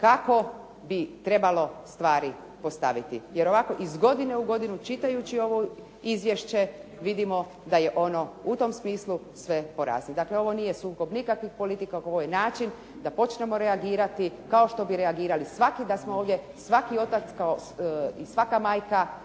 kako bi trebalo stvari postaviti jer ovako iz godine u godinu, čitajući ovo izvješće, vidimo da je ono u tom smislu sve poraznije. Dakle, ovo nije sukob nikakvih politika, ovo je način da počnemo reagirati kao što bi reagirali svaki da smo ovdje, svaki otac kao i svaka majka